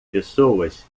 pessoas